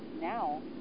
now